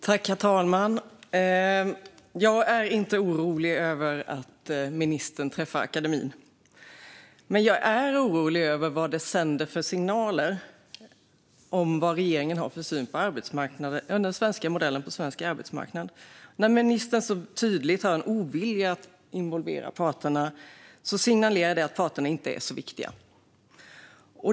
Herr talman! Jag är inte orolig över att ministern träffar akademin, men jag är orolig över signalerna det sänder om regeringens syn på den svenska modellen för svensk arbetsmarknad. När ministern så tydligt har en ovilja att involvera parterna signalerar det att parterna inte är så viktiga.